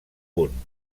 punt